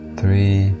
three